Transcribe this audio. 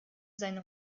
seine